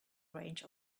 wrench